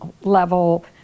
level